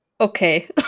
Okay